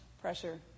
pressure